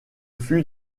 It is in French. fut